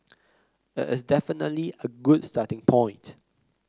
it is definitely a good starting point